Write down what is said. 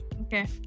Okay